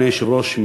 אדוני היושב-ראש,